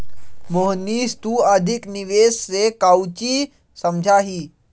मोहनीश तू अधिक निवेश से काउची समझा ही?